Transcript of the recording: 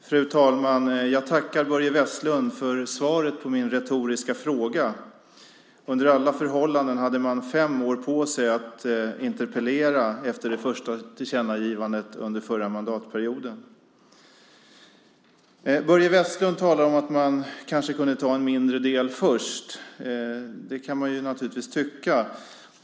Fru talman! Jag tackar Börje Vestlund för svaret på min retoriska fråga. Under alla förhållanden hade man fem år på sig att interpellera efter det första tillkännagivandet under förra mandatperioden. Börje Vestlund talar om att man kanske kunde ta en mindre del först. Det kan man naturligtvis tycka.